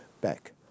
back